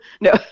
No